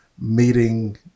meeting